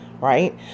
right